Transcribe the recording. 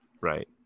right